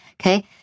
Okay